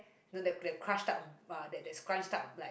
then they crushed out uh they they scrunch out like